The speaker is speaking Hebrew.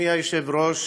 אדוני היושב-ראש,